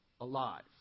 alive